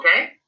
okay